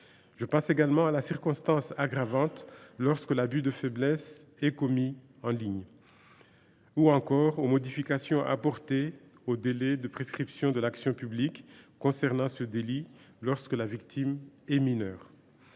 ce phénomène, à la circonstance aggravante lorsque l’abus de faiblesse est commis en ligne ou encore aux modifications apportées au délai de prescription de l’action publique concernant ce délit lorsque la victime est mineure.